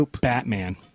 Batman